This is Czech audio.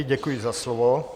Děkuji za slovo.